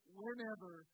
whenever